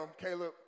Caleb